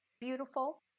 Beautiful